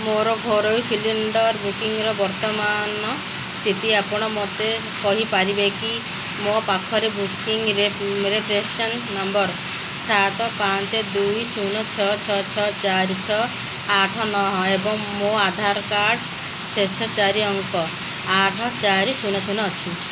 ମୋର ଘରୋଇ ସିଲିଣ୍ଡର୍ ବୁକିଙ୍ଗର ବର୍ତ୍ତମାନର ସ୍ଥିତି ଆପଣ ମୋତେ କହିପାରିବେ କି ମୋ ପାଖରେ ବୁକିଙ୍ଗ ନମ୍ବର ସାତ ପାଞ୍ଚ ଦୁଇ ଶୂନ ଛଅ ଛଅ ଛଅ ଚାରି ଆଠ ନଅ ଏବଂ ମୋ ଆଧାର କାର୍ଡ଼ର ଶେଷ ଚାରି ଅଙ୍କ ଆଠ ଚାରି ଶୂନ ଶୂନ ଅଛି